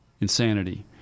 Insanity